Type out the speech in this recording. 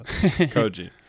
Koji